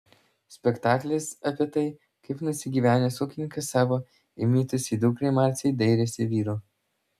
spektaklis apie tai kaip nusigyvenęs ūkininkas savo įmitusiai dukrai marcei dairėsi vyro